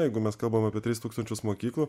jeigu mes kalbam apie tris tūkstančius mokyklų